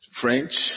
French